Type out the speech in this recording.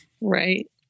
Right